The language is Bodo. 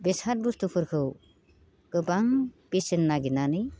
बेसाद बुस्तुफोरखौ गोबां बेसेन नागिरनानै